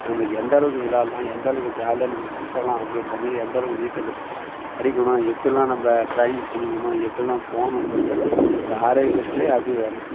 நம்ம எந்தளவுக்கு விளையாடலாம் எந்தளவுக்கு ஜாலியாக நம்ம சுத்தலாம் அப்டின்ற மாரி எந்தளவுக்கு நீச்சல் அடிக்கலாம் எப்படில்லாம் நம்ம ட்ரைனிங் பண்ணிக்கணும் எப்படில்லாம் போகணுன்றதும் அந்த ஆரோக்கியத்தில் அப்படி வரும்